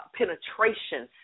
penetration